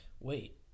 wait